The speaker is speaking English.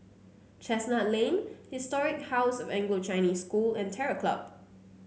Chestnut Lane Historic House of Anglo Chinese School and Terror Club